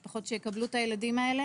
משפחות שיקבלו את הילדים האלה